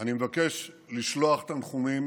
אני מבקש לשלוח תנחומים